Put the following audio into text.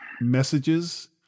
messages